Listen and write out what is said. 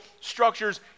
structure's